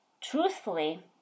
Truthfully